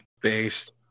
Based